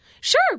Sure